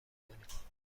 کنیم